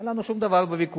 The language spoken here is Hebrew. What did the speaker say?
אין לנו שום דבר בוויכוח.